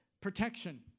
protection